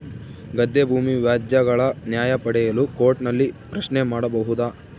ಗದ್ದೆ ಭೂಮಿ ವ್ಯಾಜ್ಯಗಳ ನ್ಯಾಯ ಪಡೆಯಲು ಕೋರ್ಟ್ ನಲ್ಲಿ ಪ್ರಶ್ನೆ ಮಾಡಬಹುದಾ?